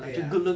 对 ah